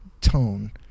tone